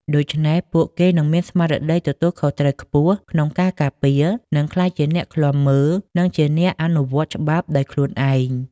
ដូច្នេះ ពួកគេនឹងមានស្មារតីទទួលខុសត្រូវខ្ពស់ក្នុងការការពារ និងក្លាយជាអ្នកឃ្លាំមើល និងជាអ្នកអនុវត្តច្បាប់ដោយខ្លួនឯង។